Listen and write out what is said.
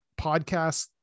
podcast